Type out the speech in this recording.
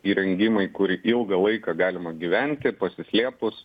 įrengimai kur ilgą laiką galima gyventi pasislėpus